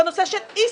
בנושא של "איסכור".